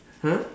!huh!